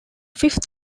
fifth